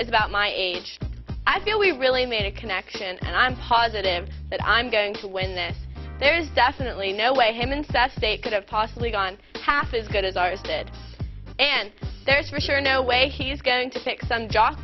is about my age i feel we really made a connection and i'm positive that i'm going to win this there's definitely no way him in sas they could have possibly gone past is good as ours did and there is for sure no way he is going to stick some jo